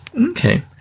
Okay